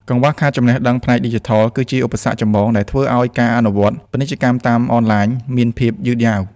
កង្វះខាតចំណេះដឹងផ្នែកឌីជីថល គឺជាឧបសគ្គចម្បងដែលធ្វើឱ្យការអនុវត្តពាណិជ្ជកម្មតាមអនឡាញមានភាពយឺតយ៉ាវ។